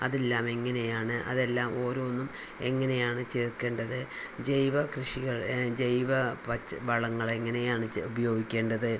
അതെല്ലാം എങ്ങനെയാണ് അതെല്ലാം ഓരോന്നും എങ്ങനെയാണ് ചേർക്കേണ്ടത് ജൈവ കൃഷികൾ ജൈവ പച്ച വളങ്ങൾ എങ്ങനെയാണ് ഉപയോഗിക്കേണ്ടത്